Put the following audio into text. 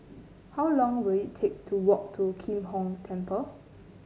how long will it take to walk to Kim Hong Temple